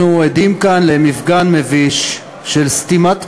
אנחנו עדים כאן למפגן מביש של סתימת פיות,